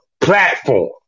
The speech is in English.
platform